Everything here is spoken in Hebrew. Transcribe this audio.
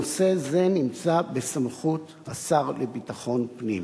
נושא זה נמצא בסמכות השר לביטחון פנים.